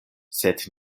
sed